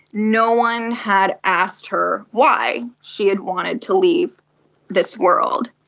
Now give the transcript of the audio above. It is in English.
no one had asked her why she had wanted to leave this world.